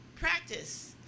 Practice